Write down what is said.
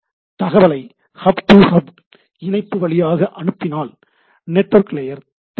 தகவலை hub to hub இணைப்பு வழியாக அனுப்பினால் நெட்வொர்க் லேயர் தேவையில்லை